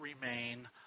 remain